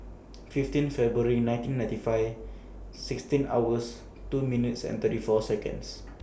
fifteen February nineteen ninety five sixteen hours two minutes and thirty four Seconds